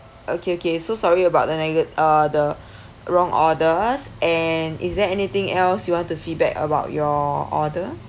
okay okay so sorry about the na~ uh the wrong orders and is there anything else you want to feedback about your order